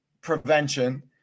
prevention